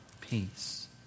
Peace